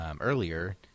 earlier